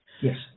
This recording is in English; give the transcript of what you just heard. Yes